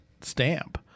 stamp